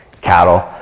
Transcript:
cattle